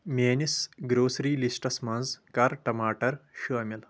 میٲنِس grocery lists منٛز کر ٹماٹر شٲمل